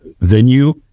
venue